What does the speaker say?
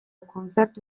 kontzertu